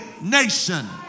nation